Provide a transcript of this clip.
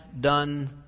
done